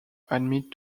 admit